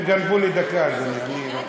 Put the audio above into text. הם גנבו לי דקה, אדוני.